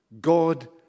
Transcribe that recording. God